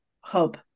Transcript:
hub